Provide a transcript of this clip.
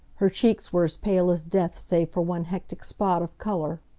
her cheeks were as pale as death save for one hectic spot of colour.